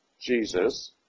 Jesus